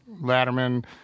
Latterman